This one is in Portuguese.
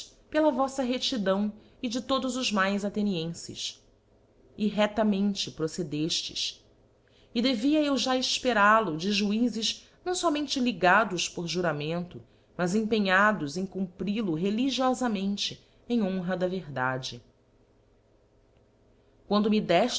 pela voífa redidão e de todos os mais athenienfes e reftamente procedeftes e devia eu já efperal o de juizes não fomente ligados por juramento mas empenhados em cumpril o religiofamente em honra da verdade quando me